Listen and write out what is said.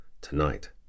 tonight